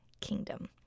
Kingdom